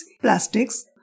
plastics